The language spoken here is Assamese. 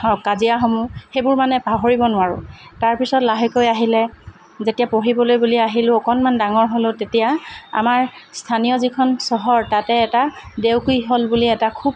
কাজিয়াসমূহ সেইবোৰ মানে পাহৰিব নোৱাৰোঁ তাৰপিছত লাহেকৈ আহিলে যেতিয়া পঢ়িবলৈ বুলি আহিলোঁ অকণমান ডাঙৰ হ'লোঁ তেতিয়া আমাৰ স্থানীয় যিখন চহৰ তাতে এটা দেউকী হল বুলি এটা খুব